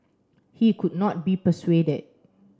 he could not be persuaded